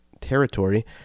territory